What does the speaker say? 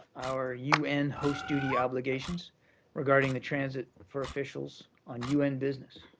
our un host duty obligations regarding the transit for officials on un business.